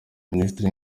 minisiteri